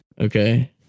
Okay